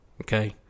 Okay